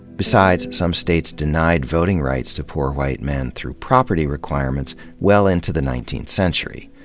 besides, some states denied voting rights to poor white men through property requirements well into the nineteenth century.